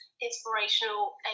inspirational